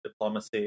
diplomacy